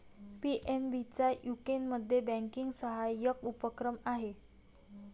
PNB चा यूकेमध्ये banking सहाय्यक उपक्रम आहे